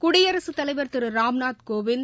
குடியரகத் தலைவர் திரு ராம்நாத் கோவிந்த்